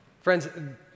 Friends